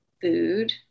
food